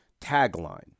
tagline